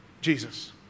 Jesus